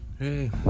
Hey